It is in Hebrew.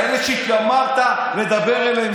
כאלה שהתיימרת לדבר אליהם,